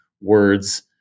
words